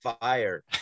fire